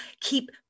keep